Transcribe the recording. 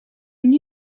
une